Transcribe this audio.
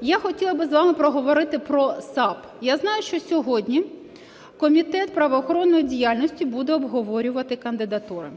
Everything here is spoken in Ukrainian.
я хотіла би з вами проговорити про САП. Я знаю, що сьогодні Комітет правоохоронної діяльності буде обговорювати кандидатури.